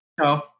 No